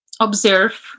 observe